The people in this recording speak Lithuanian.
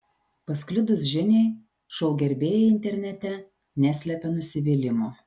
pasklidus žiniai šou gerbėjai internete neslepia nusivylimo